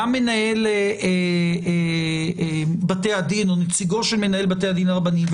גם מנהל בתי הדין או נציגו של מנהל בתי הדין הרבניים,